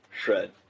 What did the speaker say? shred